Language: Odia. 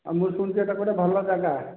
ହଁ ମୁଁ ଶୁଣିଛି ସେଇଟା କୁଆଡ଼େ ଭଲ ଜାଗା